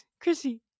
Chrissy